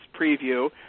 preview